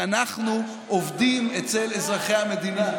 כי אנחנו עובדים אצל אזרחי המדינה.